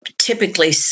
typically